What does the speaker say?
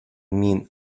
mean